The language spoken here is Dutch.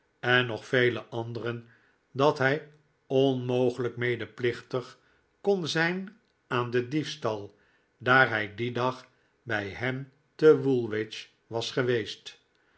en nog vele anderen dat hij onmogelijk medeplichtig kon zijn aan den diefstal daar hij dien dag bij hen te woolwich was geweest